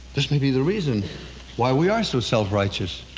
this may be the reason why we are so self-righteous.